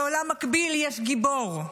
בעולם מקביל יש גיבור,